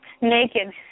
Naked